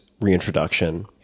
reintroduction